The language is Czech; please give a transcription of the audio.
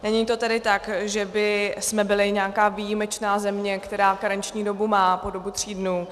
Není to tedy tak, že bychom byli nějaká výjimečná země, která karenční dobu má po dobu tří dnů.